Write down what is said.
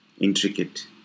intricate